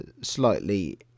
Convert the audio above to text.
slightly